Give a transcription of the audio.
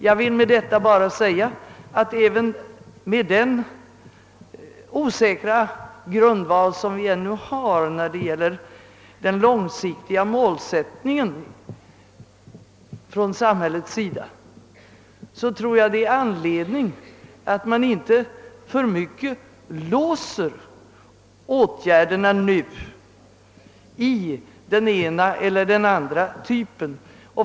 Jag vill bara säga att med den osäkra grundval som vi ändå har när det gäller den långsiktiga målsättningen från samhällets sida tror jag det finns anledning att inte alltför mycket låsa åtgärderna nu på det ena eller det andra sättet.